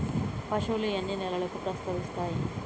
పశువులు ఎన్ని నెలలకు ప్రసవిస్తాయి?